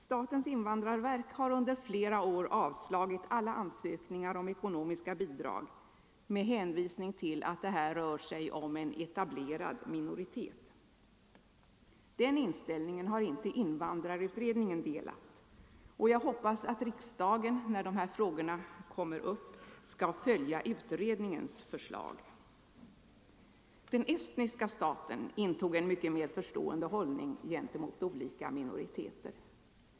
Statens invandrarverk har under flera år avslagit alla ansökningar om ekonomiska bidrag med hänvisning till att det här rör sig om en etablerad minoritet. Den inställningen har inte invandrarutredningen delat, och jag hoppas att riksdagen när dessa frågor kommer upp skall följa utredningens förslag. Den estniska staten intog en mycket mer förstående hållning gentemot olika minoriteter.